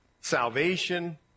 salvation